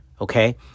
Okay